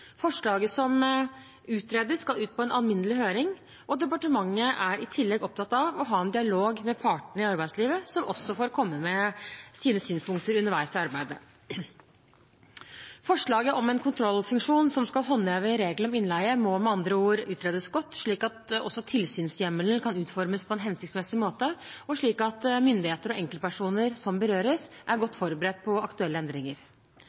Forslaget som utredes, skal ut på en alminnelig høring, og departementet er i tillegg opptatt av å ha en dialog med partene i arbeidslivet, som også får komme med sine synspunkter underveis i arbeidet. Forslaget om en kontrollfunksjon som skal håndheve regelen om innleie, må med andre ord utredes godt, slik at også tilsynshjemmelen kan utformes på en hensiktsmessig måte, og slik at myndigheter og enkeltpersoner som berøres, er godt forberedt på aktuelle endringer.